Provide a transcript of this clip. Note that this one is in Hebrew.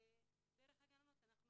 ודרך הגננות אנחנו